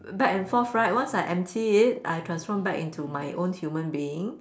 back and forth right once I empty it I transform back into my own human being